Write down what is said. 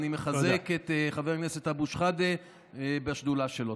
אני מחזק את חבר הכנסת אבו שחאדה והשדולה שלו.